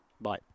Bye